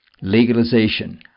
legalization